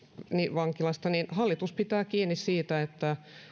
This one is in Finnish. vankilasta hallitus pitää kiinni siitä että